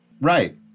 Right